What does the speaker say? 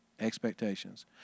Expectations